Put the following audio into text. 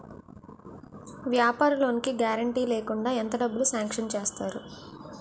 వ్యాపార లోన్ కి గారంటే లేకుండా ఎంత డబ్బులు సాంక్షన్ చేస్తారు?